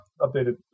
updated